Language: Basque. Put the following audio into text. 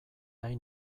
nahi